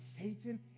Satan